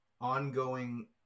ongoing